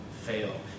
fail